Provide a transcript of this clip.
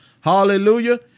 Hallelujah